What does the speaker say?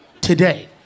today